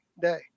day